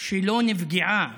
שלא נפגעה